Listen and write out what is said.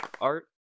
art